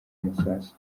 amasasu